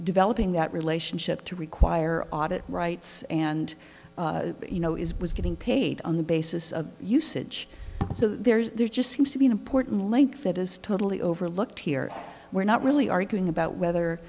developing that relationship to require audit rights and you know is was getting paid on the basis of usage so there is there just seems to be an important link that is totally overlooked here we're not really arguing about whether